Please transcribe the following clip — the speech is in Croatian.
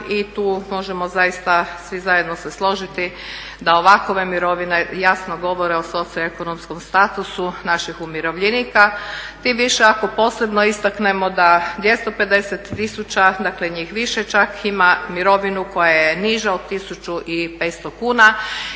i tu možemo zaista svi zajedno se složiti da ovakove mirovine jasno govore o socioekonomskom statusu naših umirovljenika, tim više ako posebno istaknemo da 250 000, dakle njih više čak ima mirovinu koja je niža od 1500 kuna